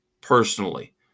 personally